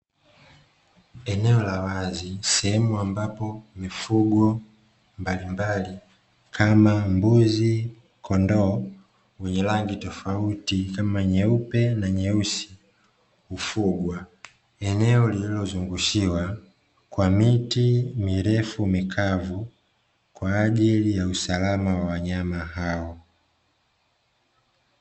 Eneo la wazi, sehemu ambapo mifugo mbalimbali, kama; mbuzi, kondoo wenye rangi tofauti, kama nyeupe na nyeusi hufugwa, eneo lililozungushiwa kwa miti mirefu mikavu kwa ajili ya usalama wa wanyama hao.